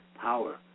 power